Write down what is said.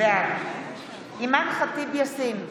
בעד אימאן ח'טיב יאסין,